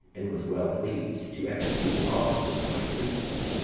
and was well pleased to execute the office of the high priesthood,